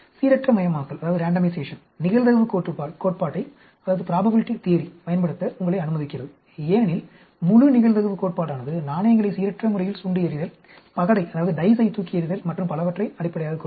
சீரற்றமயமாக்கல் நிகழ்தகவு கோட்பாட்டைப் பயன்படுத்த உங்களை அனுமதிக்கிறது ஏனெனில் முழு நிகழ்தகவு கோட்பாடானது நாணயங்களை சீரற்ற முறையில் சுண்டி எறிதல் பகடையை தூக்கி எறிதல் மற்றும் பலவற்றை அடிப்படையாகக் கொண்டது